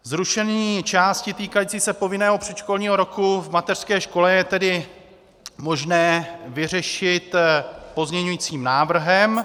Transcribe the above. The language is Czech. Zrušení části týkající se povinného předškolního roku v mateřské škole je tedy možné vyřešit pozměňujícím návrhem.